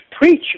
preach